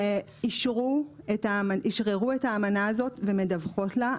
המדינות אישררו את האמנה הזאת ומדווחות לה.